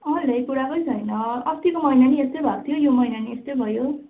अँ ल्याइपुऱ्याएकै छैन अस्तिको महिना नि यस्तै भएको थियो यो महिना नि यस्तै भयो